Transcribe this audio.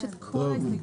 יש את כל ההסתייגויות,